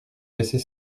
baisser